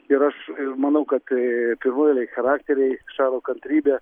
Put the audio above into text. ir aš ir manau kad pirmoj eilėj charakteriai šaro kantrybė